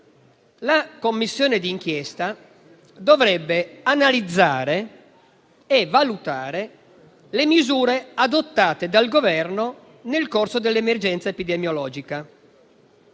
la Commissione di inchiesta dovrebbe analizzare e valutare le misure adottate dal Governo nel corso dell'emergenza epidemiologica.